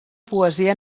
poesia